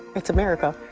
it's america